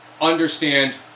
understand